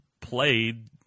played